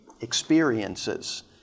experiences